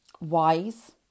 wise